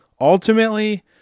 ultimately